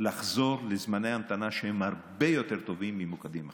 לחזור לזמני המתנה שהם הרבה יותר טובים ממוקדים אחרים.